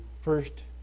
first